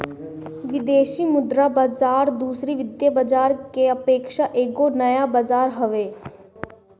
विदेशी मुद्रा बाजार दूसरी वित्तीय बाजार के अपेक्षा एगो नया बाजार हवे